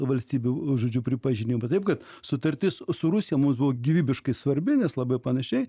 valstybių žodžiu pripažinimą taip kad sutartis su rusija mums buvo gyvybiškai svarbi nes labai panašiai